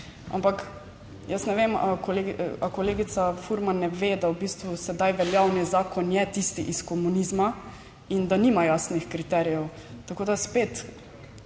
Ampak jaz ne vem, ali kolegica Furman ne ve, da v bistvu sedaj veljavni zakon je tisti iz komunizma in da nima jasnih kriterijev. Tako spet